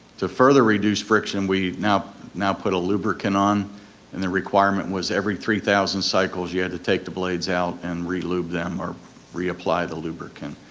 to further reduce friction we now now put a lubricant on and the requirement was every three thousand cycles you had to take the blades out and relube them or reapply the lubricant.